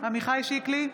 עמיחי שיקלי,